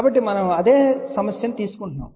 కాబట్టి మనం అదే ప్రాబ్లం ను తీసుకుంటున్నాము